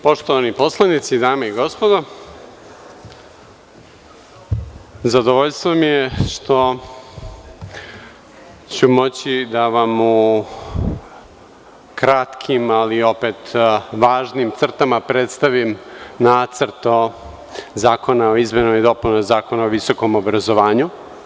Poštovani poslanici, dame i gospodo, zadovoljstvo mi je što ću moći da vam u kratkim, ali opet važnim, crtama predstavim Nacrt zakona o izmenama i dopunama Zakona o visokom obrazovanju.